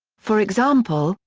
for example,